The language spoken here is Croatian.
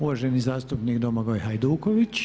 Uvaženi zastupnik Domagoj Hajduković.